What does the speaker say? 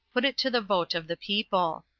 put it to the vote of the people.